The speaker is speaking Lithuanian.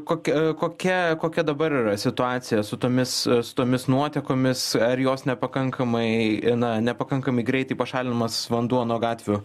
kok kokia kokia dabar yra situacija su tomis tomis nuotekomis ar jos nepakankamai na nepakankamai greitai pašalinamas vanduo nuo gatvių